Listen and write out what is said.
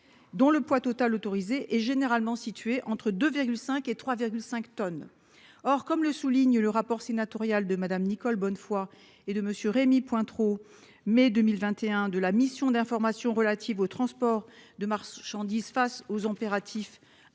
Dont le poids total autorisé et généralement situées entre 2 5 et 3, 5 tonnes. Or, comme le souligne le rapport sénatorial de Madame Nicole Bonnefoy, et de monsieur Rémy Pointereau mai 2021 de la mission d'information relatives au transport de mars 10 face aux impératifs